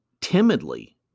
timidly